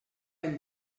del